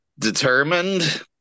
Determined